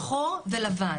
שחור ולבן.